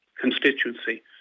constituency